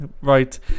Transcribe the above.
Right